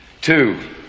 Two